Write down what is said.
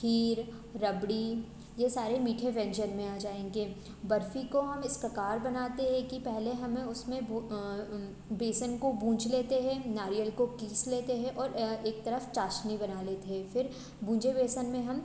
खीर रबड़ी के सारे मीठे व्यंजन में आ जाएँगे बर्फ़ी को हम इस प्रकार बनाते हैं कि पहले हमें उसमें बेसन को बूंझ लेते हैं नारियल को कीस लेते हैं और एक तरफ़ चाशनी बना लेते हैं फिर बूंझे बेसन में हम